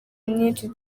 myinshi